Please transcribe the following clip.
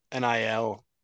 NIL